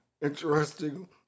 interesting